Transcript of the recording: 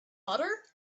butter